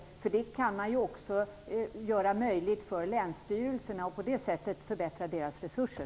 Den möjligheten kan man också ge länsstyrelserna och på det sättet öka deras resurser.